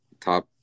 top